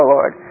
Lord